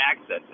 access